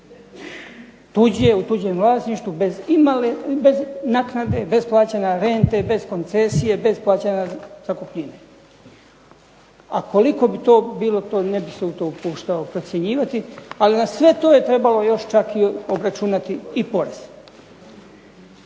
tuđe u tuđem vlasništvu bez naknade, bez plaćanja rente, bez koncesije, bez plaćanja zakupnine. A koliko bi to bilo to ne bih se u to upuštao procjenjivati, ali na sve to je trebalo još čak i obračunati i porez.